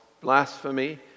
blasphemy